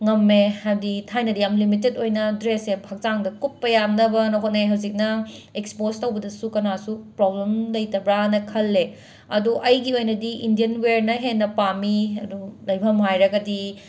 ꯉꯝꯃꯦ ꯍꯥꯏꯕꯗꯤ ꯊꯥꯏꯅꯗꯤ ꯌꯥꯝꯅ ꯂꯤꯃꯤꯇꯦꯠ ꯑꯣꯏꯅ ꯗ꯭ꯔꯦꯁꯁꯦ ꯍꯛꯆꯥꯡꯗ ꯀꯨꯞꯄ ꯌꯥꯅꯕꯅ ꯍꯣꯠꯅꯩ ꯍꯧꯖꯤꯛꯅ ꯑꯦꯛ꯭ꯁꯄꯣꯁ ꯇꯧꯕꯗꯁꯨ ꯀꯥꯅꯁꯨ ꯄ꯭ꯔꯣꯕ꯭ꯂꯦꯝ ꯂꯩꯇꯕ꯭ꯔꯅ ꯈꯜꯂꯦ ꯑꯗꯣ ꯑꯩꯒꯤ ꯑꯣꯏꯅꯗꯤ ꯏꯟꯗꯤꯌꯥꯟ ꯋꯦꯔꯅ ꯍꯦꯟꯅ ꯄꯥꯝꯃꯤ ꯑꯗꯣ ꯂꯩꯕꯝ ꯍꯥꯏꯔꯒꯗꯤ